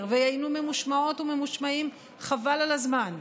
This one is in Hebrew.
והיינו ממושמעות וממושמעים חבל על הזמן.